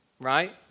Right